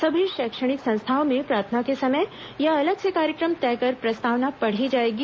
सभी शैक्षणिक संस्थाओं में प्रार्थना के समय या अलग से कार्यक्रम तय कर प्रस्तावना पढ़ी जाएगी